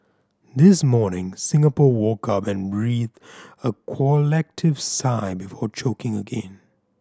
this morning Singapore woke up and breathed a collective sigh before choking again